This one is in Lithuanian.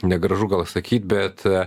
negražu gal sakyt bet